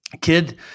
kid